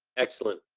excellent.